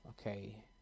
Okay